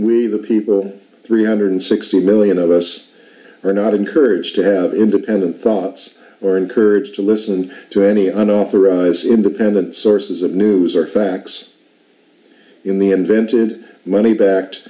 we the people three hundred sixty million of us are not encouraged to have independent thoughts or encourage to listen to any unauthorized independent sources of news or facts in the invented money backed